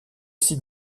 site